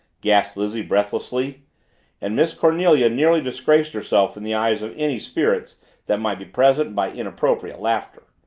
gasped lizzie breathlessly and miss cornelia nearly disgraced herself in the eyes of any spirits that might be present by inappropriate laughter.